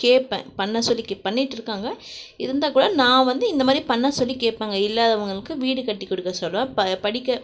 கேட்பேன் பண்ண சொல்லி கேப் பண்ணிட்டு இருக்காங்க இருந்தால் கூட நான் வந்து இந்த மாதிரி பண்ண சொல்லி கேட்பேங்க இல்லாதவர்களுக்கு வீடு கட்டி கொடுக்க சொல்வேன் படிக்க